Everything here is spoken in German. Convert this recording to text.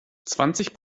zwanzig